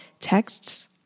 Texts